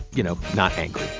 you know, not angry